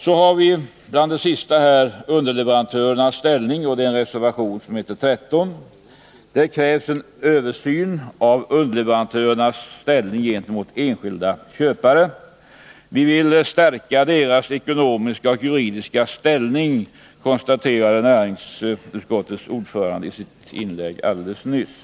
Så har vi den sista reservationen, som behandlar frågan om underleverantörernas ställning, och den reservationen är betecknad nr 13. Där krävs en översyn av underleverantörernas ställning gentemot enskilda köpare. Vi vill stärka underleverantörernas ekonomiska och juridiska ställning, konstate rade näringsutskottets ordförande i sitt inlägg alldeles nyss.